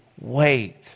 wait